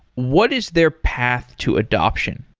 what is their path to adoption?